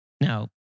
Now